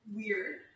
weird